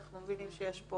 ואנחנו מבינים שיש פה